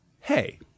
hey